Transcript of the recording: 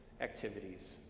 activities